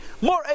more